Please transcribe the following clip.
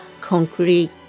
concrete